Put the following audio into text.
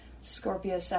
Scorpio